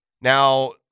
Now